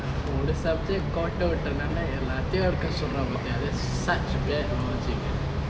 ஒரு:oru subject கோட்ட விட்டனால எல்லாதியும் எடுக்க சொல்ரா பாத்தியா:kootta vittanaale ellaathiyum edukka solra paathiya such bad logic eh